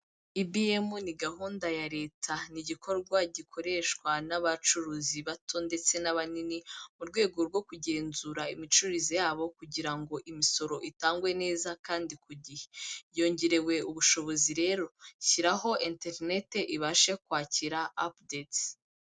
EBM ni gahunda ya leta, ni igikorwa gikoreshwa n'abacuruzi bato ndetse n'abanini, mu rwego rwo kugenzura imicuruze yabo kugira ngo imisoro itangwe neza kandi ku gihe, yongerewe ubushobozi rero, shyiraho enterineti ibashe kwakira apudete.